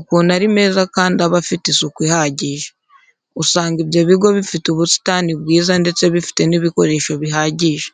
ukuntu ari meza kandi aba afite isuku ihagije. Usanga ibyo bigo bifite ubusitani bwiza ndetse bifite n'ibikoresho bihagije.